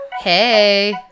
Hey